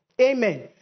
Amen